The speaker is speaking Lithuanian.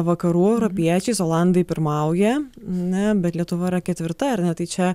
vakarų europiečiais olandai pirmauja ne bet lietuva yra ketvirta ar ne tai čia